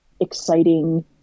exciting